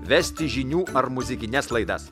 vesti žinių ar muzikines laidas